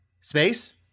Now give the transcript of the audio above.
space